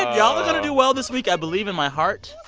y'all are going to do well this week, i believe in my heart.